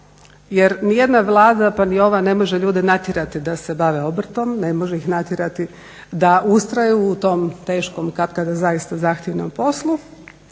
jer nijedna Vlada, pa ni ova, ne može ljude natjerati da se bave obrtom, ne može ih natjerati da ustraju u tom teškom katkada zaista zahtjevnom poslu,